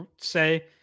say